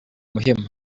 muhima